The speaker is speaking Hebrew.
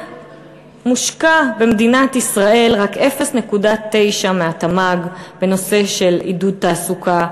מושקעים במדינת ישראל רק 0.9% מהתמ"ג בנושא של עידוד תעסוקה,